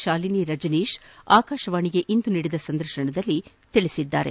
ತಾಲಿನಿ ರಜನೀಶ್ ಆಕಾಶವಾಣಿಗೆ ಇಂದು ನೀಡಿದ ಸಂದರ್ಶನದಲ್ಲಿ ತಿಳಿಸಿದ್ದಾರೆ